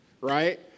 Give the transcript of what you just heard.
right